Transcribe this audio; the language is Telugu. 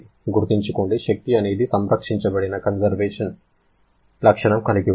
గుర్తుంచుకోండి శక్తి అనేది సంరక్షించబడినకన్సర్వేషన్ లక్షణం కలిగి ఉంటుంది